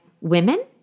women